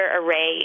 array